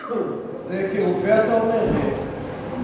זה אתה אומר כרופא?